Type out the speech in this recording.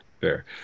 fair